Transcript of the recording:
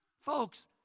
Folks